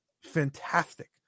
fantastic